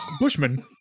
Bushman